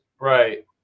right